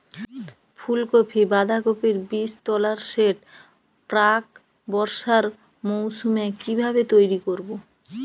ফুলকপি বাধাকপির বীজতলার সেট প্রাক বর্ষার মৌসুমে কিভাবে তৈরি করব?